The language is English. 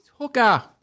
hooker